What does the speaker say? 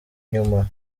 nyuma